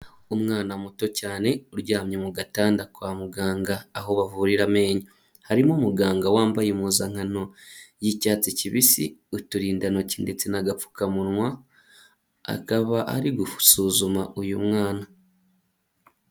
Umwana muto cyane, uryamye mu gatanda kwa muganga aho bavurira amenyo, harimo umuganga wambaye impuzankano y'icyatsi kibisi, uturindantoki ndetse n'agapfukamunwa, akaba ari gusuzuma uyu mwana.